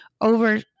over